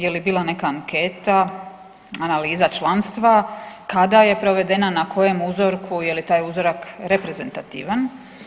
Je li bila neka anketa analiza članstva, kada je provedena, na kojem uzorku je li taj uzorak reprezentativan?